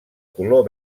color